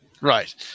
Right